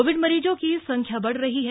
Covid मरीजों की संख्या बढ़ रही है